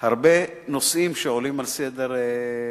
הרבה נושאים שעולים על סדר-יומנו.